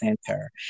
center